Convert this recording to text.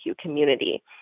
community